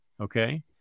Okay